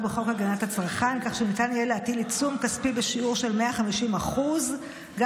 בחוק הגנת הצרכן כך שניתן יהיה להטיל עיצום כספי בשיעור של 150% גם